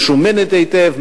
משומנת היטב,